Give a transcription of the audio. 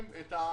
שני דברים